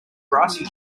grassy